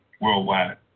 worldwide